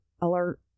alert